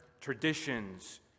traditions